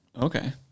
Okay